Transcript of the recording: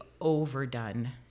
overdone